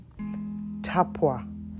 Tapua